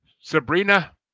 Sabrina